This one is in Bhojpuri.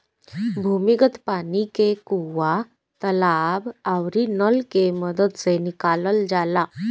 भूमिगत पानी के कुआं, तालाब आउरी नल के मदद से निकालल जाला